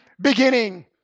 beginning